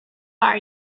are